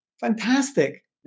fantastic